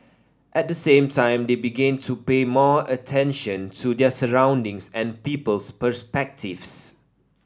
at the same time they begin to pay more attention to their surroundings and people's perspectives